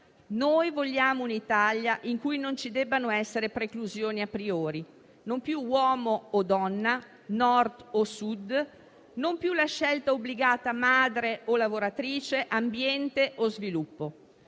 Noi vogliamo un'Italia in cui non ci debbano essere preclusioni *a priori*: non più uomo o donna, Nord o Sud; non più la scelta obbligata madre o lavoratrice, ambiente o sviluppo.